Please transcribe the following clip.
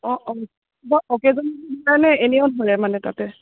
অ' অ' কিবা অকেজনেলি ধৰে নে এনেও ধৰে মানে তাতে